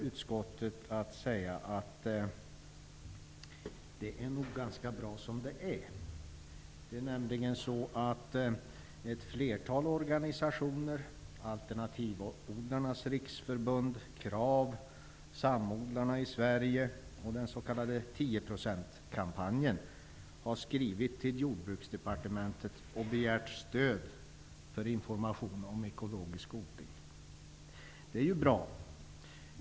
Utskottet anser att det nog är ganska bra som det är. Ett flertal organisationer -- Alternativodlarnas riksförbund, KRAV, Samodlarna Sverige och den s.k. 10 %-kampanjen -- har skrivit till Jordbruksdepartementet och begärt stöd till information om ekologisk odling. Det är ju bra.